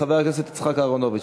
חבר הכנסת יצחק אהרונוביץ.